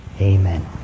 Amen